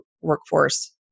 workforce